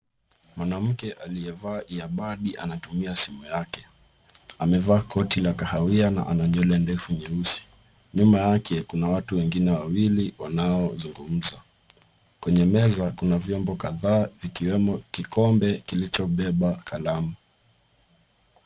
Mwanamke alie vaa iabadi anatumia simu yake, amevaa koti la kahawia na ana nywele ndefu nyeusi. Nyuma yake, kuna watu wengine wawili wanaozungumza. Kwenye meza kuna vyombo kadhaa ikiwemo kikombe kilichobeba kalamu.